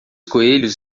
coelhos